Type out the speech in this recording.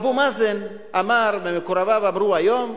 אבו מאזן אמר, ומקורביו אמרו היום,